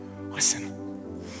Listen